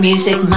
Music